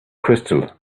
crystal